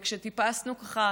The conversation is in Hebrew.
וכשטיפסנו ככה